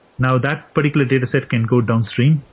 now that particular data set can go downstream,